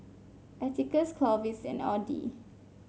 Atticus Clovis and Audy